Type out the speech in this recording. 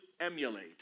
emulate